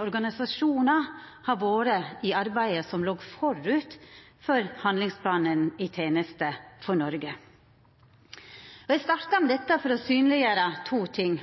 organisasjonane til veteranane vore viktige i arbeidet som låg forut for handlingsplanen «I tjeneste for Norge». Eg starta med dette for å synleggjera to ting.